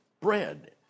bread